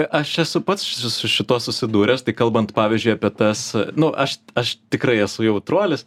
aš esu pats su šituo susidūręs tai kalbant pavyzdžiui apie tas nu aš aš tikrai esu jautruolis